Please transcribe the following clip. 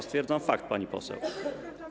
Stwierdzam fakt, pani poseł.